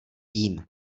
tím